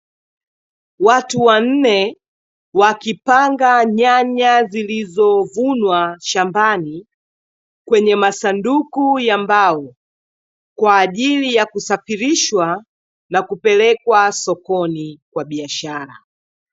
Watu wanne, wakipanga nyanya zilizovunwa shambani, kwenye masanduku ya mbao, kwaajili ya kusafirishwa, na kupelekwa sokoni kwa biashara.